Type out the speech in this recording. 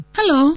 Hello